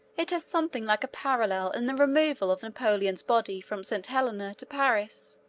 it has something like a parallel in the removal of napoleon's body from st. helena to paris,